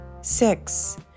six